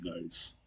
guys